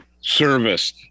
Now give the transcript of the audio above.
service